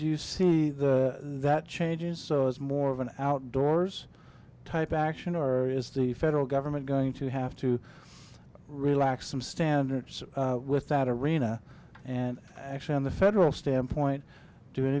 you see that change is more of an outdoors type action or is the federal government going to have to relax some standards without arena and actually on the federal standpoint do any